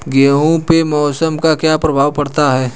गेहूँ पे मौसम का क्या प्रभाव पड़ता है?